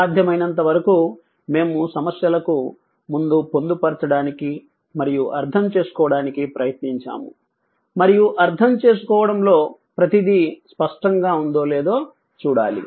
సాధ్యమైనంతవరకు మేము సమస్యలకు ముందు పొందుపరచడానికి మరియు అర్థం చేసుకోవడానికి ప్రయత్నించాము మరియు అర్థం చేసుకోవడంలో ప్రతీదీ స్పష్టంగా ఉందో లేదో చూడాలి